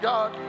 God